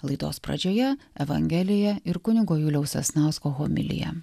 laidos pradžioje evangelija ir kunigo juliaus sasnausko homilija